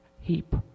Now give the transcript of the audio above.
heap